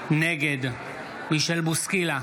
נגד מישל בוסקילה,